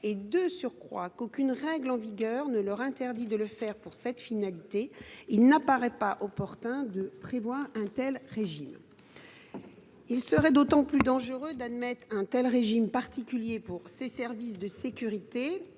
que de surcroît, aucune règle en vigueur ne leur interdit de le faire pour cette finalité, il n’apparaît pas opportun de prévoir un tel régime. Il serait d’autant plus dangereux d’admettre un tel régime particulier pour ces services de sécurité